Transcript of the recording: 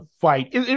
fight